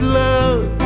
love